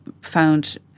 found